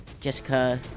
Jessica